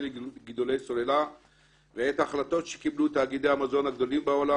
לגידולי סוללה ואת ההחלטות שקיבלו תאגידי המזון הגדולים בעולם